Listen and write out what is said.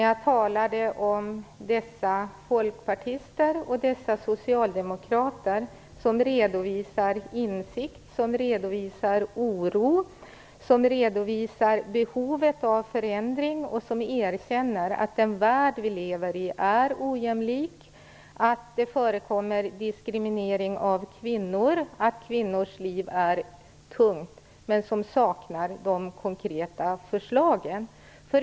Jag talade om folkpartister och socialdemokrater som redovisar insikter, oro, behovet av förändring och som erkänner att den värld som vi lever i är ojämlik, att det förekommer diskriminering av kvinnor, att kvinnors liv är tungt men som saknar de konkreta förslagen.